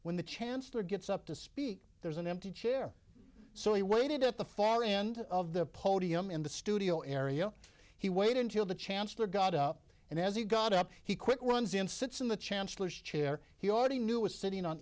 when the chancellor gets up to speak there's an empty chair so he waited at the far end of the podium in the studio area he waited until the chancellor got out and as he got up he quick runs in sits in the chancellor's chair he already knew was sitting on